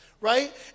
Right